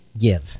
give